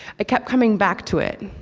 i kept coming back to it,